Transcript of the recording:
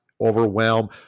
overwhelm